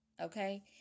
okay